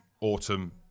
autumn